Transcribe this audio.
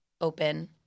open